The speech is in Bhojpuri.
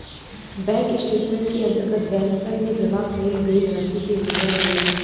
बैंक स्टेटमेंट के अंतर्गत बैंकसन में जमा कईल गईल रासि के विवरण होला